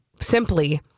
simply